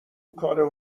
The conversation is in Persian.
کار